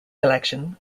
collection